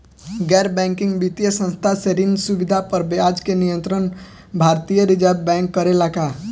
गैर बैंकिंग वित्तीय संस्था से ऋण सुविधा पर ब्याज के नियंत्रण भारती य रिजर्व बैंक करे ला का?